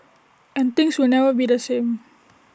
and things will never be the same